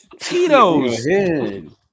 Tito's